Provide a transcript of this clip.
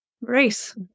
race